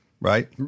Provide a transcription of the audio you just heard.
right